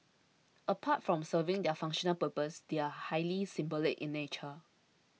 apart from serving their functional purpose they are highly symbolic in nature